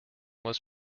was